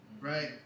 right